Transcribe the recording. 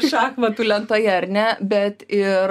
šachmatų lentoje ar ne bet ir